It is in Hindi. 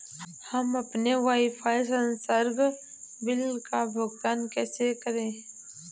हम अपने वाईफाई संसर्ग बिल का भुगतान कैसे करें?